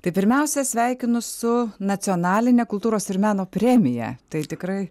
tai pirmiausia sveikinu su nacionaline kultūros ir meno premija tai tikrai